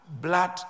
blood